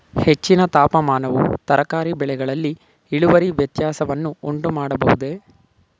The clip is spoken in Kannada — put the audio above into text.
ಹೆಚ್ಚಿನ ತಾಪಮಾನವು ತರಕಾರಿ ಬೆಳೆಗಳಲ್ಲಿ ಇಳುವರಿ ವ್ಯತ್ಯಾಸವನ್ನು ಉಂಟುಮಾಡಬಹುದೇ?